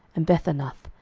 and bethanath,